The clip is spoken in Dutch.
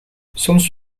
soms